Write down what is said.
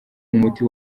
umuti